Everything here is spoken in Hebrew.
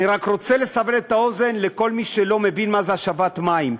אני רק רוצה לסבר את האוזן לכל מי שלא מבין מה זה השבת מים: